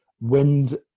wind